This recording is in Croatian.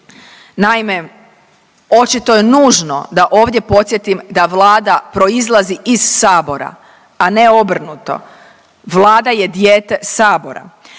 Naime, očito je nužno da ovdje podsjetim da Vlada proizlazi iz sabora, a ne obrnuto, Vlada je dijete sabora.